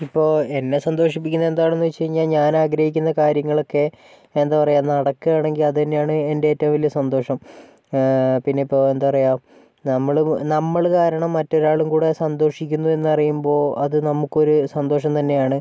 ഇപ്പോൾ എന്നെ സന്തോഷിപ്പിക്കുന്നത് എന്താണെന്ന് വച്ച് കഴിഞ്ഞാൽ ഞാൻ ആഗ്രഹിക്കുന്ന കാര്യങ്ങളൊക്കെ എന്താ പറയുക നടക്കുകയാണെങ്കിൽ അത് തന്നെയാണ് എനിക്ക് ഏറ്റവും വലിയ സന്തോഷം പിന്നേ ഇപ്പോൾ എന്താ പറയുക നമ്മള് നമ്മള് കാരണം മാറ്റൊരാളും കൂടെ സന്തോഷിക്കുന്നു എന്ന് അറിയുമ്പോൾ അത് നമുക്കൊരു സന്തോഷം തന്നെയാണ്